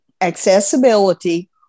accessibility